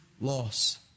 loss